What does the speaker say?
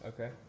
Okay